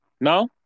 No